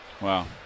Wow